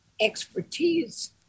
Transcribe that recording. expertise